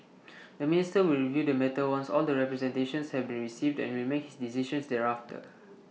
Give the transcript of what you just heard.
the minister will review the matter once all the representations have been received and will make his decisions thereafter